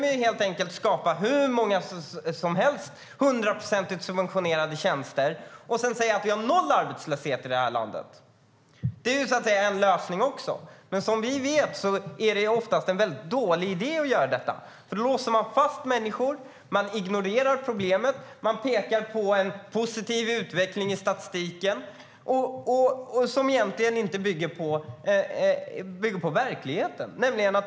Vi kan i så fall skapa hur många hundraprocentigt subventionerade tjänster som helst och sedan säga att vi har noll arbetslöshet i landet. Det är också en lösning. Men som vi vet är det oftast en dålig idé. Då låser man fast människor. Man ignorerar problemet och pekar på en positiv utveckling i statistiken som egentligen inte bygger på verkligheten.